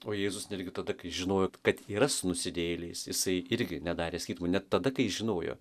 o jėzus netgi tada kai žinojo kad yra su nusidėjėliais jisai irgi nedarė skirtumo net tada kai žinojo